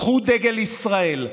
קחו דגל ישראל.